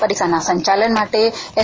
પરીક્ષાના સંચાલન માટે એસ